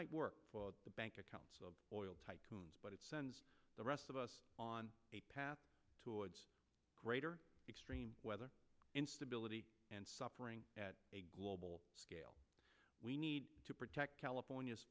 might work the bank accounts of oil tycoons but it sends the rest of us on a path towards greater extreme weather instability and suffering at a global scale we need to protect california